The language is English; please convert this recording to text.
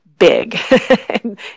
big